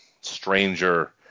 stranger